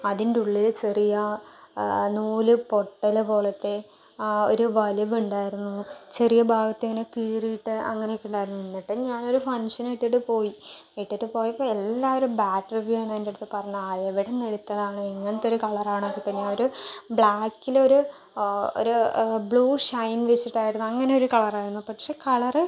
അതിന്റെയുള്ളിൽ ചെറിയ നൂല് പൊട്ടൽ പോലത്തെ ഒരു വലിവ് ഉണ്ടായിരുന്നു ചെറിയ ഭാഗത്ത് ഇങ്ങനെ കീറീട്ട് അങ്ങനെയൊക്കെ ഉണ്ടായിരുന്നു എന്നിട്ടും ഞാനൊരു ഫങ്ഷനിട്ടിട്ട് പോയി ഇട്ടിട്ട് പോയപ്പോൾ എല്ലാരും ബാഡ് റിവ്യൂ ആണ് എൻ്റടുത്ത് പറഞ്ഞത് എവിടുന്നെടുത്തതാണ് ഇങ്ങനത്തെ ഒരു കളറാണ് എങ്കിൽ പിന്നെ ഒരു ബ്ലാക്കിലൊരു ഒരു ബ്ലൂ ഷൈൻ വെച്ചിട്ടായിരുന്നു അങ്ങനൊയൊരു കളറായിരുന്നു പക്ഷെ കളർ